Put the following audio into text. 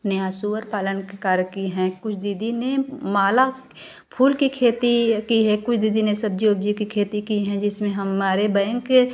अपने यहाँ सूअरपालन कार्य की है कुछ दीदी ने माला फूल की खेती की है कुछ दीदी ने सब्ज़ी वब्ज़ी की की खेती की है जिस में हमारे बैंक के